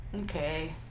Okay